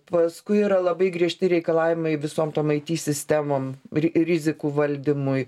paskui yra labai griežti reikalavimai visom tom it sistemom ri rizikų valdymui